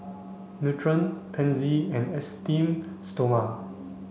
Nutren Pansy and Esteem stoma